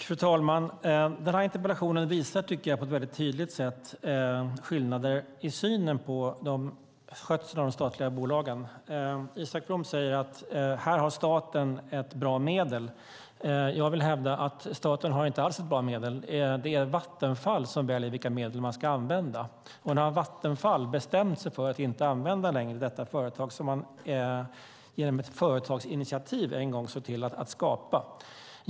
Fru talman! Denna interpellation visar på ett mycket tydligt sätt skillnader i synen på skötseln av de statliga bolagen. Isak From säger att staten här har ett bra medel. Jag vill hävda att staten inte alls har ett bra medel. Det är Vattenfall som väljer vilka medel som man ska använda. Nu har Vattenfall bestämt sig för att inte använda detta företag längre som man genom ett företagsinitiativ en gång såg till att skapa.